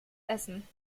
essen